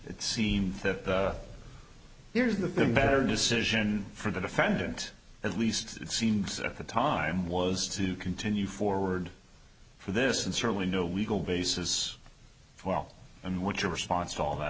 it seemed that here's the better decision for the defendant at least it seems at the time was to continue forward for this and certainly no legal basis for all and what's your response to all that